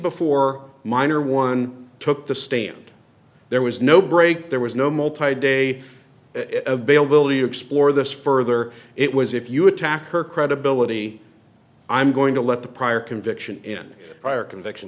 before minor one took the stand there was no break there was no multi day of bail will you explore this further it was if you attack her credibility i'm going to let the prior conviction in prior conviction